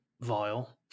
vile